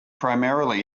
primarily